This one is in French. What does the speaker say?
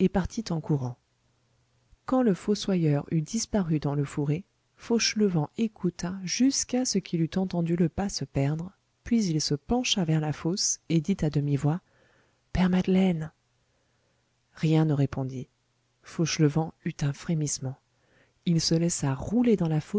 partit en courant quand le fossoyeur eut disparu dans le fourré fauchelevent écouta jusqu'à ce qu'il eût entendu le pas se perdre puis il se pencha vers la fosse et dit à demi-voix père madeleine rien ne répondit fauchelevent eut un frémissement il se laissa rouler dans la